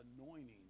anointing